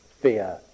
fear